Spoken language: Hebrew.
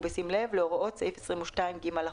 ובשים לב להוראות לפי סעיף 22ג לחוק,